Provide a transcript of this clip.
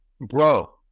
Bro